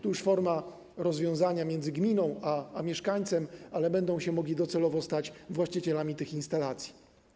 Tu już forma rozwiązania między gminą a mieszkańcem, ale będą się mogli docelowo stać właścicielami tych instalacji.